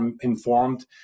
informed